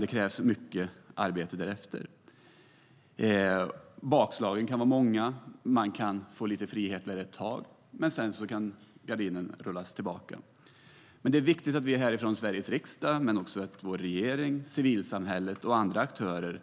Det krävs mycket arbete därefter. Bakslagen kan vara många. Det kan finnas frihet ett tag, men sedan rullas gardinen tillbaka. Det är viktigt att vi härifrån Sveriges riksdag och såklart också vår regering, civilsamhället och andra aktörer